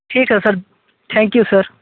ठीक है sir thank you sir